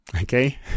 okay